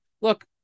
look